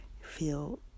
feel